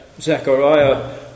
Zechariah